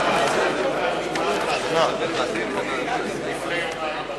האם נדונה גם ההתנהגות האלימה כלפי השגריר הטורקי בכנס לפני יומיים?